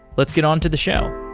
let's get on to the show.